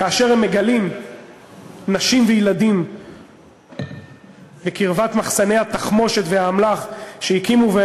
כאשר הם מגלים נשים וילדים בקרבת מחסני התחמושת והאמל"ח שהקימו.